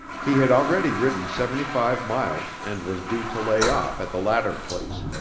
he had already ridden seventy-five miles and was due to lay off at the latter place.